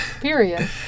Period